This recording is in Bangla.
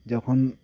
যখন